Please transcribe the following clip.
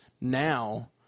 now